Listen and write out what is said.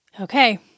Okay